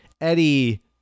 Eddie